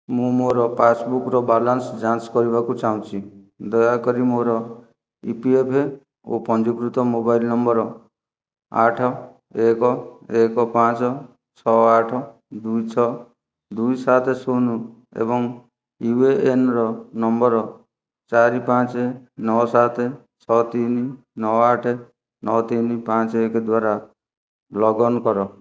ମୁଁ ମୋର ପାସ୍ବୁକ୍ର ବାଲାନ୍ସ ଯାଞ୍ଚ କରିବାକୁ ଚାହୁଁଛି ଦୟାକରି ମୋର ଇ ପି ଏଫ୍ ଓ ପଞ୍ଜୀକୃତ ମୋବାଇଲ୍ ନମ୍ବର୍ ଆଠ ଏକ ଏକ ପାଞ୍ଚ ଛଅ ଆଠ ଦୁଇ ଛଅ ଦୁଇ ସାତ ଶୂନ ଏବଂ ୟୁଏଏନ୍ର ନମ୍ବର ଚାରି ପାଞ୍ଚ ନଅ ସାତ ଛଅ ତିନି ନଅ ଆଠ ନଅ ତିନି ପାଞ୍ଚ ଏକ ଦ୍ଵାରା ଲଗ୍ଇନ୍ କର